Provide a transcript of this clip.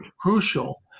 crucial